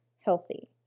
healthy